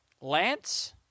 Lance